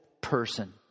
person